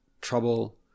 trouble